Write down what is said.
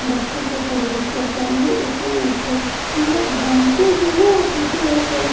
फिर अच्छे से परवरिश कर पाएंगी उतना ही अच्छा हम लोग घूमते भी हैं और किसी को अगर कोई